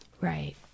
Right